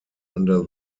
under